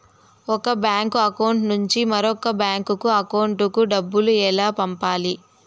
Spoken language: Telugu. ఒక బ్యాంకు అకౌంట్ నుంచి మరొక బ్యాంకు అకౌంట్ కు డబ్బు ఎలా పంపాలి